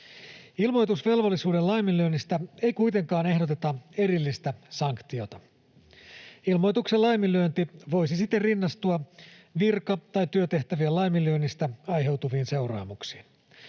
Ilmoitusvelvollisuuden laiminlyönnistä ei kuitenkaan ehdoteta erillistä sanktiota. Ilmoituksen laiminlyönti voisi siten rinnastua virka‑ tai työtehtävien laiminlyönnistä aiheutuviin seuraamuksiin.